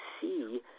see